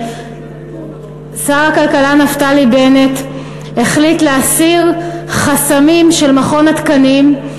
שר הכלכלה נפתלי בנט החליט להסיר חסמים של מכון התקנים,